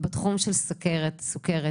בתחום סוכרת,